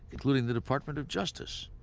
including the department of justice,